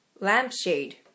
Lampshade